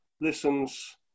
listens